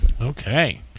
okay